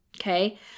Okay